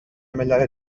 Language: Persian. ملل